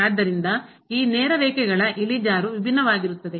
ಆದ್ದರಿಂದ ಈ ನೇರ ರೇಖೆಗಳ ಇಳಿಜಾರು ವಿಭಿನ್ನವಾಗಿರುತ್ತದೆ